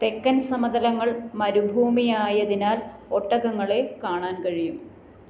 തെക്കൻ സമതലങ്ങൾ മരുഭൂമി ആയതിനാൽ ഒട്ടകങ്ങളെ കാണാൻ കഴിയും